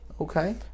Okay